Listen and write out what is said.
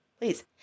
please